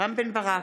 רם בן ברק,